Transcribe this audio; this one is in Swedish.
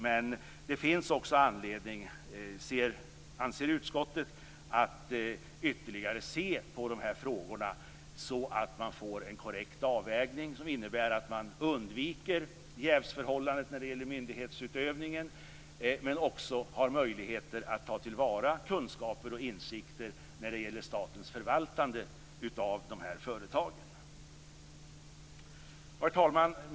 Utskottet anser att det finns anledning att ytterligare se över frågorna så att det blir en korrekt avvägning, dvs. att undvika jävsförhållanden i fråga om myndighetsutövning men samtidigt kunna ta till vara kunskaper och insikter i statens förvaltande av företagen. Herr talman!